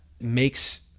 makes